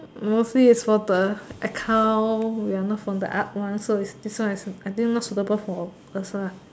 mostly is from the account we're not from the art one so is this one is I think this one not suitable for us lah